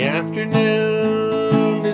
afternoon